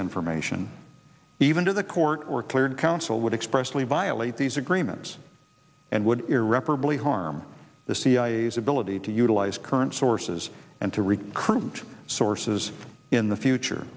information even to the court or cleared counsel would expressly violate these agreements and would irreparably harm the cia's ability to utilize current sources and to recruit sources in the future